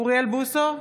אוריאל בוסו,